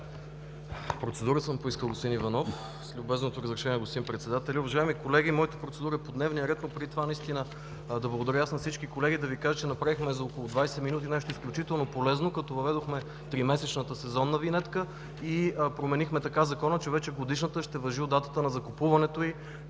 Процедура съм поискал, господин Иванов, с любезното разрешение на господин председателя.